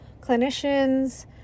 clinicians